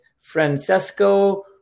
Francesco